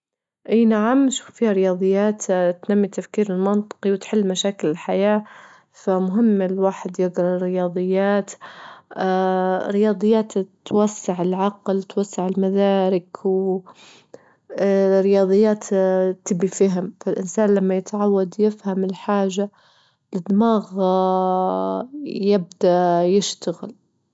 إي نعم نشوف فيها الرياضيات تنمي التفكير المنطقي وتحل مشاكل الحياة، فمهم الواحد يجرا الرياضيات الرياضيات توسع العقل، توسع المدارك الرياضيات تبي فهم، فالإنسان لما يتعود يفهم الحاجة الدماغ يبدأ يشتغل.